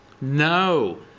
No